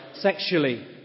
sexually